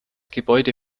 gebäude